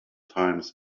times